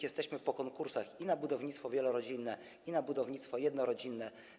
Jesteśmy po konkursach i na budownictwo wielorodzinne, i na budownictwo jednorodzinne.